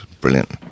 brilliant